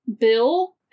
Bill-